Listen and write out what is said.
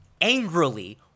angrily